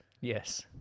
Yes